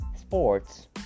sports